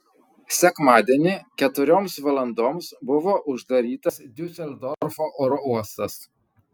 sekmadienį keturioms valandoms buvo uždarytas diuseldorfo oro uostas